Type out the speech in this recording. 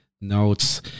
notes